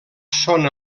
són